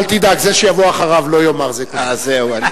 אל תדאג, זה שיבוא אחריו לא יאמר, זהו.